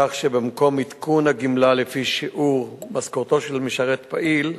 כך שבמקום עדכון הגמלה לפי שיעור משכורתו של משרת פעיל,